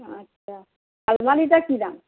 আচ্ছা আলমারিটা কি দাম